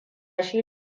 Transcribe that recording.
shi